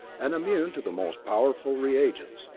and immune to the most powerful reagents